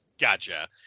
gotcha